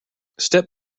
step